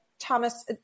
Thomas